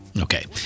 Okay